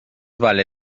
vale